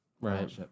Right